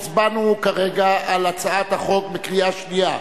הצבענו כרגע על הצעת החוק בקריאה שנייה,